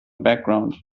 background